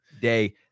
day